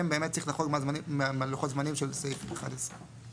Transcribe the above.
צריך לחרוג מהלוחות זמנים של סעיף (11).